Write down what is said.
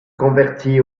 convertit